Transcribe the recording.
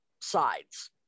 sides